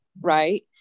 right